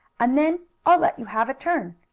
and then i'll let you have a turn.